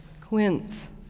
quince